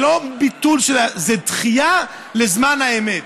זה לא ביטול, זו דחייה לזמן האמת.